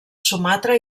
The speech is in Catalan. sumatra